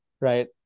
right